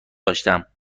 داشتم